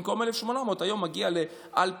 במקום 1,800 היום מגיע ל-2,400,